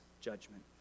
judgment